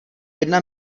jedna